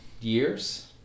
years